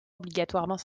obligatoirement